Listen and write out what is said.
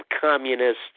communists